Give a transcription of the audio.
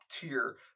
tier